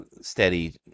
steady